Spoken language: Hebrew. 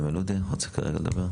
את כולכם בבקשה,